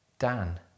Dan